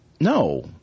No